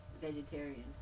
vegetarian